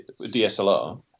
DSLR